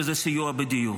וזה סיוע בדיור.